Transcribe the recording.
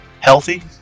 healthy